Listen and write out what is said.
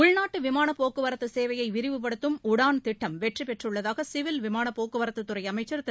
உள்நாட்டு விமானப் போக்குவரத்து சேவையை விரிவுபடுத்தும் உடான் திட்டம் வெற்றி பெற்றுள்ளதாக சிவில் விமான போக்குவரத்துத் துறை அமைச்சர் திரு